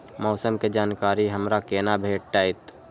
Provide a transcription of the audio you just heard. मौसम के जानकारी हमरा केना भेटैत?